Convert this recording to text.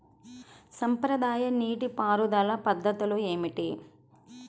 సాంప్రదాయ నీటి పారుదల పద్ధతులు ఏమిటి?